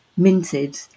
minted